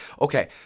Okay